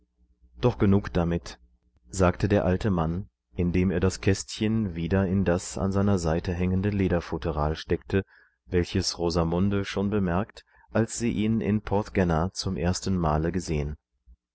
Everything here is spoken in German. doch genug damit sagte der alte mann indem er das kästchen wieder in das an seiner seite hängende lederfutteralsteckte welchesrosamundeschonbemerkt alssieihninporthgennazum ersten male gesehen